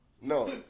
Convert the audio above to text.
No